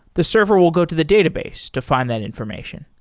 the server will go to the database to find that information.